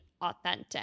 authentic